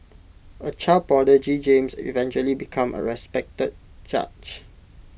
A child prodigy James eventually became A respected judge